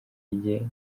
rye